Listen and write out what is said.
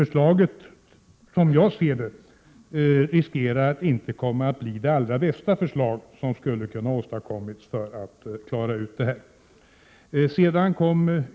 Det finns, som jag ser det, risk för att resultatet av det här förslaget inte blir det allra bästa som skulle ha kunnat åstadkommas för att reformera yrkesutbildningen.